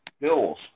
Bills